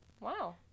Wow